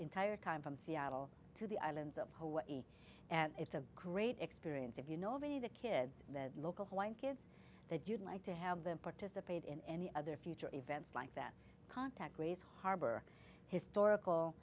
entire time from seattle to the islands of hawaii and it's a great experience if you know the the kids the local white kids that you'd like to have them participate in any other future events like that contact grays harbor historical